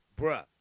Bruh